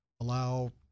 allow